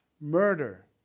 Murder